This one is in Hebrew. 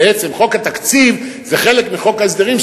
בעצם חוק התקציב זה חלק מחוק ההסדרים,